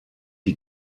die